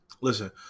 Listen